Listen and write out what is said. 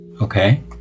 Okay